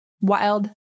Wild